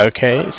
Okay